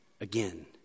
again